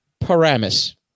Paramus